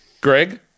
Greg